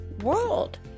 world